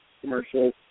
commercial